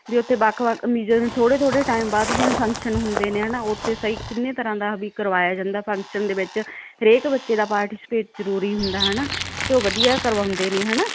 ਵੀ ਉੱਥੇ ਵੱਖ ਵੱਖ ਵੀ ਜਿਵੇਂ ਨੂੰ ਥੋੜੇ ਥੋੜੇ ਟਾਈਮ ਬਾਅਦ ਜਿਵੇਂ ਫੰਕਸ਼ਨ ਹੁੰਦੇ ਨੇ ਹੈ ਨਾ ਉੱਤੇ ਸਹੀ ਕਿੰਨੇ ਤਰ੍ਹਾਂ ਦਾ ਵੀ ਕਰਵਾਇਆ ਜਾਂਦਾ ਫੰਕਸ਼ਨ ਦੇ ਵਿੱਚ ਹਰੇਕ ਬੱਚੇ ਦਾ ਪਾਰਟੀਸਪੇਟ ਜ਼ਰੂਰੀ ਹੁੰਦਾ ਹੈ ਨਾ ਅਤੇ ਉਹ ਵਧੀਆ ਕਰਵਾਉਂਦੇ ਨੇ ਹੈ ਨਾ